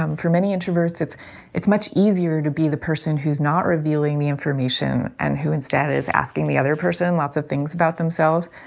um for many introverts, it's it's much easier to be the person who's not revealing the information and who instead is asking the other person and lots of things about themselves.